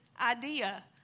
idea